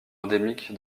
endémique